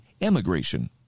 emigration